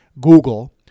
Google